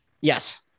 Yes